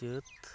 ᱪᱟᱹᱛ